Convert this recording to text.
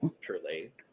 truly